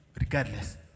regardless